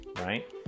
right